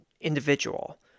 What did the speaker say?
individual